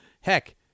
Heck